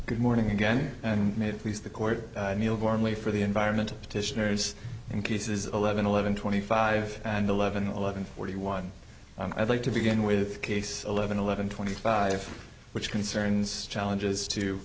good morning again and made it please the court neal gormley for the environment petitioners in cases eleven eleven twenty five and eleven eleven forty one i'd like to begin with case eleven eleven twenty five which concerns challenges to